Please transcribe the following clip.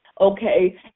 okay